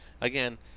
Again